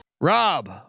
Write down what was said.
Rob